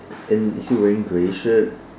and is he wearing grey shirt